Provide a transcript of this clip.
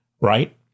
right